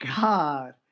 God